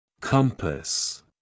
Compass